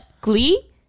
Glee